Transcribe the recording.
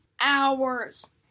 hours